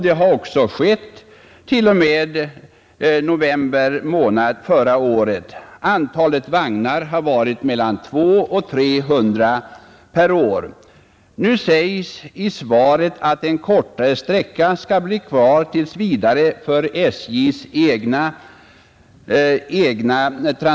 Det har också skett t.o.m. november månad förra året. Antalet vagnar har varit mellan 200 och 300 per år. Nu sägs i svaret att en kortare sträcka skall bli kvar tills vidare för SJ:s egna transporter.